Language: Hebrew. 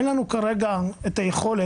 אין לנו כרגע את היכולת,